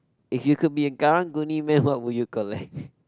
if you could be a Karang-Guni man what would you collect